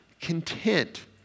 Content